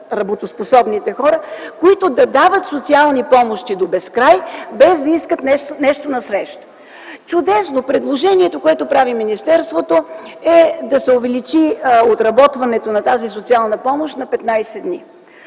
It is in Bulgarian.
работоспособните хора, на които да дават социални помощи до безкрай, без да искат нещо насреща. Чудесно, предложението, което прави министерството, е да се увеличи отработването на тази социална помощ на 15 дни.